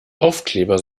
aufkleber